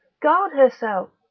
guard herself.